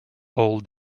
all